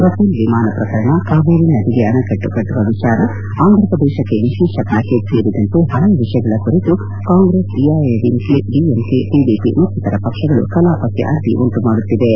Rafale ವಿಮಾನ ಪ್ರಕರಣ ಕಾವೇರಿ ನದಿಗೆ ಅಣೆಕಟ್ಟು ಕಟ್ಟುವ ವಿಚಾರ ಅಂಧ್ರಪ್ರದೇಶಕ್ಷೆ ವಿಶೇಷ ಪ್ಯಾಕೇಜ್ ಸೇರಿದಂತೆ ಹಲವು ವಿಷಯಗಳ ಕುರಿತು ಕಾಂಗ್ರೆಸ್ ಎಐಎಡಿಎಂಕೆ ಡಿಎಂಕೆ ಟಿಡಿಪಿ ಮತ್ತಿತರ ಪಕ್ಷಗಳು ಕಲಾಪಕ್ಕೆ ಅಡ್ಡಿ ಉಂಟು ಮಾಡುತ್ತಿವೆ